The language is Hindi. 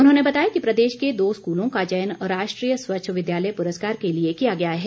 उन्होंने बताया कि प्रदेश के दो स्कूलों का चयन राष्ट्रीय स्वच्छ विद्यालय पुरस्कार के लिए किया गया है